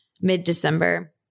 mid-December